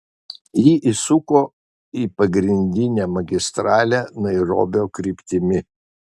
ji įsuko į pagrindinę magistralę nairobio kryptimi